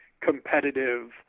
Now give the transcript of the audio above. competitive